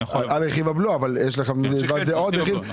על רכיב הבלו, אבל יש לך על זה עוד רכיב.